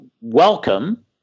welcome